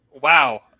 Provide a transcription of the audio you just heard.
Wow